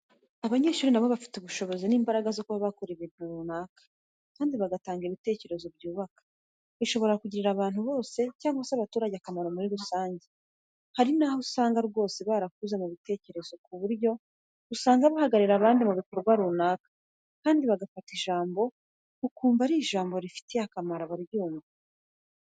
Abanyeshuri nabo bafite ubushobozi n'imbaraga zo kuba bakora ikintu runaka kandi bagatanga ibitekerezo byubaka bishobora kugirira abantu bose cyangwa se abaturage akamaro muri rusange. Hari nabo usanga rwose barakuze mu bitekerezo ku buryo usanga bahagararira abandi mu bikorwa runaka kandi bafata ijambo ukumva ari ijambo rifitiye akamaro abaryumwa.